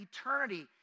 eternity